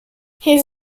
his